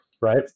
right